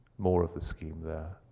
more of the scheme there.